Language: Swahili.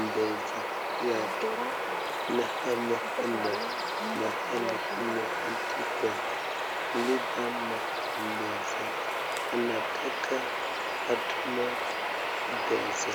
m-pesa yake na ameenda mahali imeandikwa lipa na m-pesa. Anataka atume pesa.